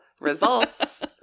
results